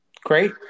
Great